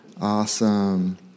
Awesome